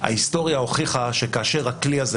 ההיסטוריה הוכיחה שכאשר פותחים את הכלי הזה,